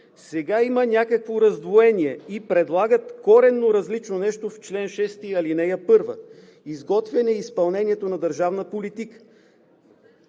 Сега има някакво раздвоение и предлагат коренно различно нещо в чл. 6, ал. 1 – изготвянето и изпълнението на държавна политика.